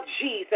Jesus